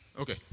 Okay